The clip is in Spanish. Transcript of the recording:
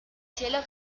cielo